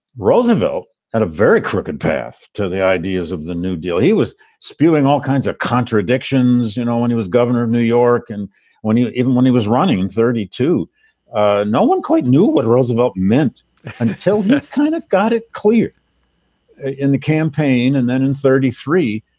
roosevelt had a very crooked path to the ideas of the new deal. he was spewing all kinds of contradictions. you know, when he was governor of new york and when you even when he was running and thirty to ah no one quite knew what roosevelt meant and until you kind of got it clear in the campaign. and then in thirty three,